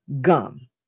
gum